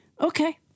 Okay